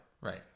right